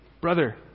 brother